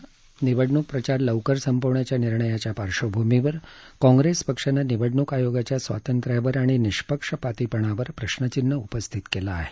पश्चिम बंगाल मधला निवडणूक प्रचार लवकर संपवण्याच्या निर्णयाच्या पार्श्वभूमीवर काँग्रेस पक्षानं निवडणूक आयोगाच्या स्वातंत्र्यावर आणि निःपक्षपातीपणावर प्रश्न उपस्थित केले आहेत